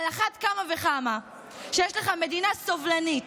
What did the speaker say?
על אחת כמה וכמה כשיש לך מדינה סובלנית